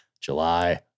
July